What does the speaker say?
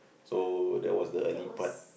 so that was the early part